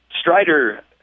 Strider